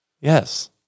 Yes